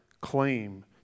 claim